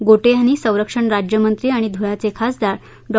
गोटे यांनी संरक्षण राज्यमंत्री आणि धुळ्याचे खासदार डॉ